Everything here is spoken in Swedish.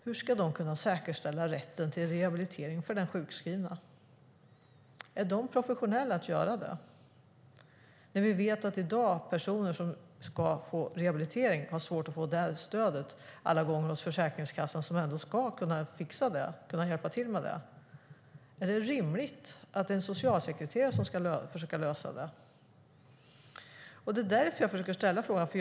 Hur ska de kunna säkerställa rätten till rehabilitering för den sjukskrivna? Är de kompetenta att göra det? Vi vet ju att personer som ska få rehabilitering i dag har svårt att få det stödet hos Försäkringskassan, som ändå ska kunna fixa det och hjälpa till med det. Är det rimligt att det är en socialsekreterare som ska försöka lösa det? Det är därför jag försöker ställa frågan.